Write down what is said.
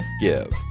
give